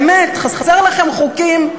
באמת, חסרים לכם חוקים?